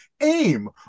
AIM